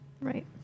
Right